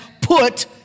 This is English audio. put